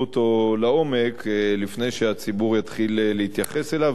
אותו לעומק לפני שהציבור יתחיל להתייחס אליו,